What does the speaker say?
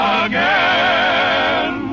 again